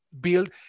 build